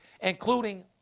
including